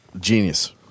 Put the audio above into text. Genius